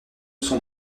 son